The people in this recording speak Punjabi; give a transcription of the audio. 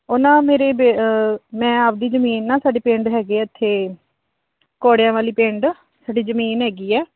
ਉਹਨਾਂ ਮੇਰੇ ਬੇ ਮੈਂ ਆਪਦੀ ਜ਼ਮੀਨ ਨਾ ਸਾਡੇ ਪਿੰਡ ਹੈਗੀ ਇੱਥੇ ਘੋੜਿਆਂ ਵਾਲੀ ਪਿੰਡ ਸਾਡੀ ਜ਼ਮੀਨ ਹੈਗੀ ਹੈ